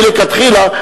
מלכתחילה,